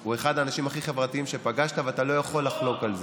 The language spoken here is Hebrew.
כחלון הוא אחד האנשים הכי חברתיים שפגשת ואתה לא יכול לחלוק על זה.